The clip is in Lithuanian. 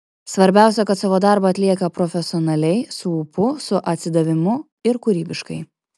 svarbiausia kad savo darbą atlieka profesionaliai su ūpu su atsidavimu ir kūrybiškai